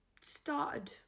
started